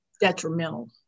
detrimental